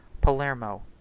palermo